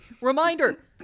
reminder